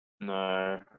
no